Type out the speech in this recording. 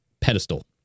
pedestal